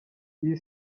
iyi